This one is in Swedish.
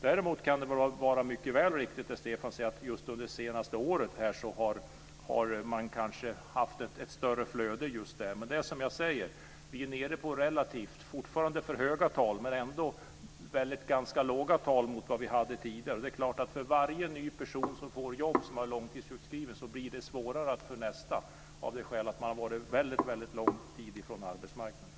Däremot kan det mycket väl vara riktigt som Stefan Attefall säger, att man under det senaste året har haft ett större flöde där. Vi är nere på relativt låga tal jämfört med vad vi hade tidigare, även om de ännu är för höga. För varje ny person som är långtidssjukskriven och får jobb blir det svårare för nästa eftersom man har varit ifrån arbetsmarknaden under väldigt lång tid.